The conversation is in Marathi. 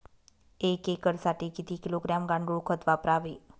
एक एकरसाठी किती किलोग्रॅम गांडूळ खत वापरावे?